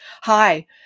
hi